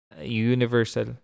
universal